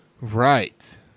Right